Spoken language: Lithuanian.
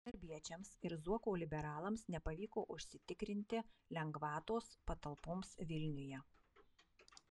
darbiečiams ir zuoko liberalams nepavyko užsitikrinti lengvatos patalpoms vilniuje